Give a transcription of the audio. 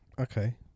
Okay